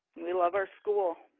we love our school.